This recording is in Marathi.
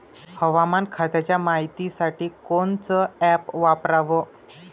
हवामान खात्याच्या मायतीसाठी कोनचं ॲप वापराव?